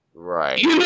right